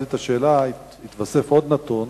שכתבתי את השאלה התווסף עוד נתון,